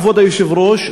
כבוד היושב-ראש,